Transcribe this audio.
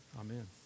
amen